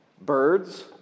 Birds